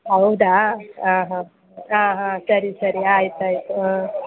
ಹೌದಾ ಹಾಂ ಹಾಂ ಹಾಂ ಹಾಂ ಸರಿ ಸರಿ ಆಯ್ತು ಆಯಿತು